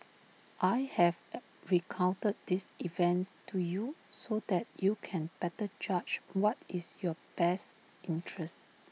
I have A recounted these events to you so that you can better judge what is in your best interests